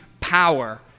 power